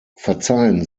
verzeihen